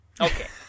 Okay